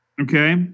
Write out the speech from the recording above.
Okay